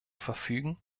verfügen